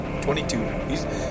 22